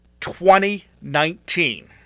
2019